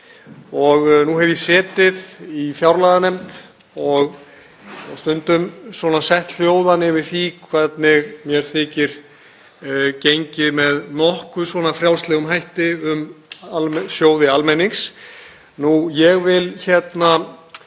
Nú hef ég setið í fjárlaganefnd og stundum sett hljóðan yfir því hvernig mér þykir gengið með nokkuð frjálslegum hætti um sjóði almennings. Ég vil minna